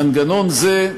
מנגנון זה,